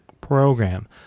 program